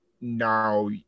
now